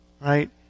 right